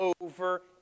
over